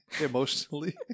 Emotionally